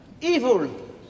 Evil